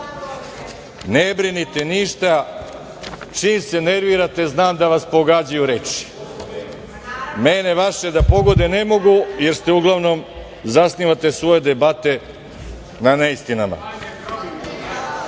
Ne brinite ništa, jer čim se nervirate, znam da vas pogađaju reči, mene vaše da pogode ne mogu jer uglavnom zasnivate svoje debate na neistinama.